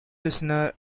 listener